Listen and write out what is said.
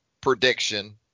prediction